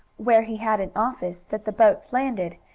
where he had an office, that the boats landed,